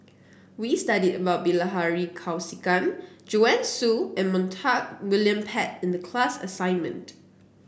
we studied about Bilahari Kausikan Joanne Soo and Montague William Pett in the class assignment